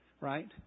right